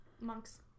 monks